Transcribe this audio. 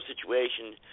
situation